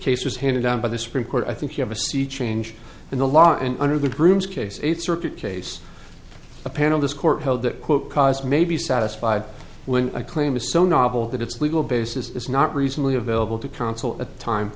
case was handed down by the supreme court i think you have a sea change in the law and under the broom's case eighth circuit case a panel this court held that quote cause may be satisfied when a claim is so novel that its legal basis is not reasonably available to counsel at the time